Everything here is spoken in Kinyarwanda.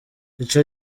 ico